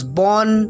born